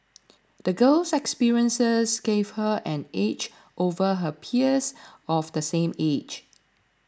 the girl's experiences gave her an edge over her peers of the same age